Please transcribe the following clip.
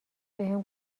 بهم